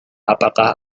apakah